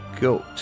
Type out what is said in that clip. goat